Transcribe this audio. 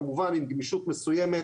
כמובן עם גמישות מסוימת,